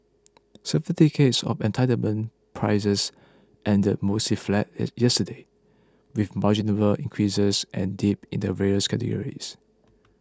Certificates of Entitlement prices ended mostly flat yesterday with marginal increases and dips in the various categories